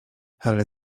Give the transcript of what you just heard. ale